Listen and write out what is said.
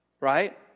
right